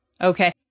Okay